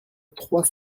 trois